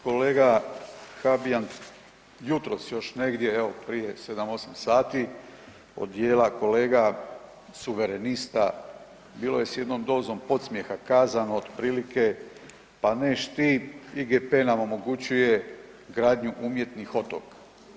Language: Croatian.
Kolega Habijan, jutros još negdje, evo prije 7, 8 sati, od djela kolega Suverenista bilo je s jednom dozom podsmijeha kazano otprilike „pa ne'š ti IGP na omogućuje gradnju umjetnih otoka“